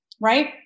right